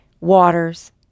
waters